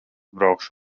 braukšu